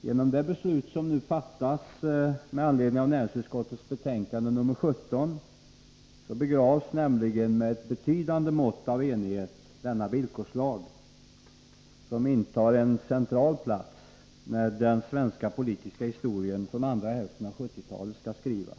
Genom det beslut som nu skall fattas med anledning av näringsutskottets betänkande nr 17 begravs nämligen, med ett betydande mått av enighet, denna villkorslag, som kommer att inta en central plats när den svenska politiska historien från andra hälften av 1970-talet skall skrivas.